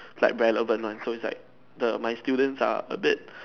is like relevant one so is like the my students are a bit